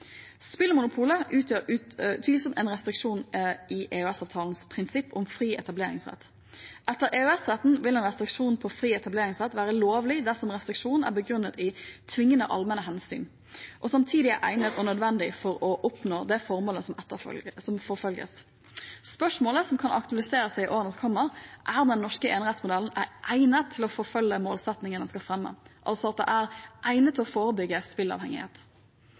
Spillmonopolet utgjør utvilsomt en restriksjon i EØS-avtalens prinsipp om fri etableringsrett. Etter EØS-retten vil en restriksjon på fri etableringsrett være lovlig dersom restriksjonen er begrunnet i tvingende allmenne hensyn og samtidig er egnet og nødvendig for å oppnå det formålet som forfølges. Spørsmålet som kan aktualisere seg i årene som kommer, er om den norske enerettsmodellen er egnet til å forfølge målsettingen den skal fremme, altså at den er egnet til å forebygge spillavhengighet.